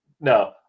No